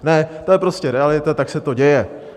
Ne, to je prostě realita, tak se to děje.